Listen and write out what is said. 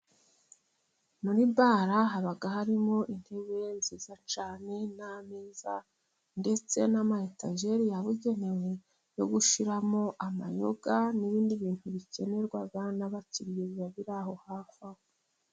Muri bare haba harimo intebe nziza cyane n'ameza, ndetse n'amayetajeri yabugenewe yo gushyiramo amayoga, n'ibindi bintu bikenerwa n'abakiriya biba biri aho hafi aho.